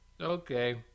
Okay